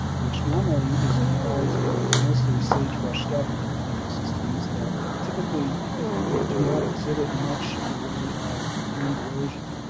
which normally is comprised of mostly sagebrush steppe ecosystems that typically do not exhibit much in the way of wind erosion.